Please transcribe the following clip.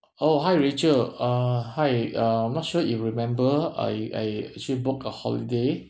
oh hi rachel uh hi uh I'm not sure if you remember I I actually booked a holiday